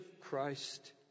Christ